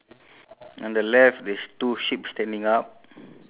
you have two bucket then the guy below